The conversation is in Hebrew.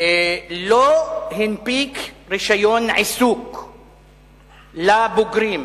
לא הנפיק רשיון עיסוק לבוגרים,